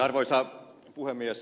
arvoisa puhemies